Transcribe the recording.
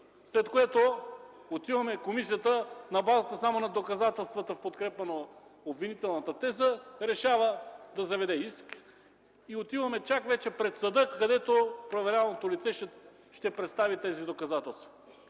след което отиваме в комисията само на базата на доказателствата, подкрепващи обвинителната теза, дирекцията решава да заведе иск и отиваме пред съда, където проверяваното лице ще представи тези доказателства.